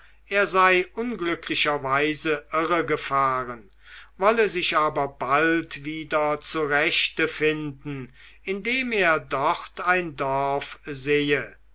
er sei unglücklicherweise irregefahren wolle sich aber bald wieder zurechtfinden indem er dort ein dorf sehe